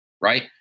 Right